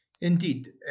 Indeed